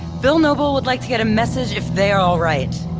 bill noble would like to get a message if they are all right.